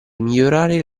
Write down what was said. migliorare